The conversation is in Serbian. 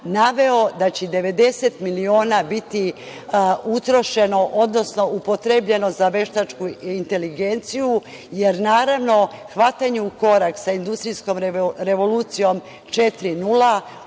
naveo da će 90 miliona biti utrošeno, odnosno upotrebljeno za veštačku inteligenciju, jer naravno, hvatanje u korak sa industrijskom revolucijom 4.0.